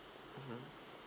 mmhmm